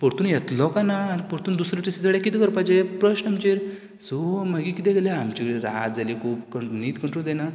परतून येतलो कांय ना आनी परतून दुसरो टीसी आयल्यार कितें करपाचें प्रश्न आमचेर सो मागीर कितें केलें आमचें रात जाली खूब न्हीद कंन्ट्रोल जायना